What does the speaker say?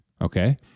Okay